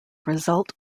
result